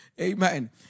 amen